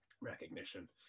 recognition